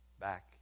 back